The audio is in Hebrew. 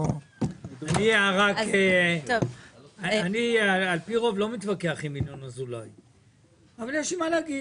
על פי רוב אני לא מתווכח עם ינון אזולאי אבל יש לי מה להגיד.